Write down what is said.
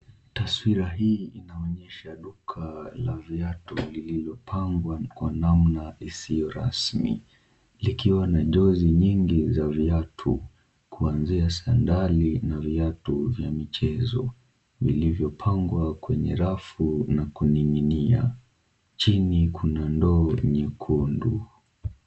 Taswira hii inaonyesha duka la viatu lililopangwa kwa namna isiyo rasmi. Likiwa na jozi nyingi za viatu kuanzia sandari na viatu vya michezo ,vilivyopangwa kwenye rafu na kuning'inia. Chini kuna ndoo nyekundu.